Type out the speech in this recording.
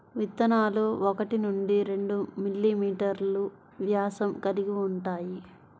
విత్తనాలు ఒకటి నుండి రెండు మిల్లీమీటర్లు వ్యాసం కలిగి ఉంటాయి